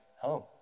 home